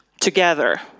together